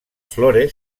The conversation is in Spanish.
flores